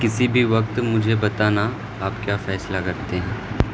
کسی بھی وقت مجھے بتانا آپ کیا فیصلہ کرتے ہیں